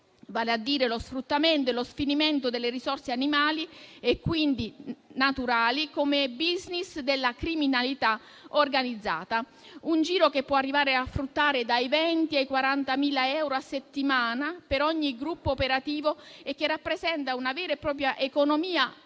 vale a dire lo sfruttamento e lo sfinimento delle risorse animali e quindi naturali come *business* della criminalità organizzata. Un giro che può arrivare a fruttare dai 20.000 ai 40.000 euro a settimana per ogni gruppo operativo e che rappresenta una vera e propria economia parallela